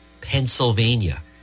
Pennsylvania